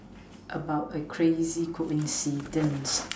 about a crazy coincidence